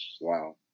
Wow